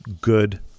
good